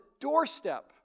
doorstep